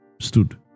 stood